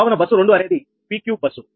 కావున బస్సు 2 అనేది PQ bus